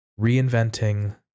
Reinventing